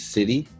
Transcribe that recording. City